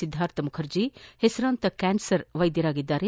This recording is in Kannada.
ಸಿದ್ದಾರ್ಥ ಮುಖರ್ಜಿ ಹೆಸರಾಂತ ಕ್ಯಾನ್ಸರ್ ಚಿಕಿತ್ಸಕರಾಗಿದ್ದು